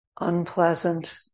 Unpleasant